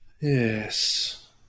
Yes